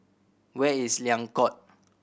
where is Liang Court